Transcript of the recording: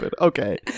Okay